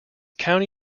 county